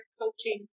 coaching